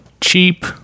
cheap